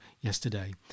yesterday